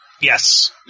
Yes